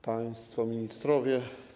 Państwo Ministrowie!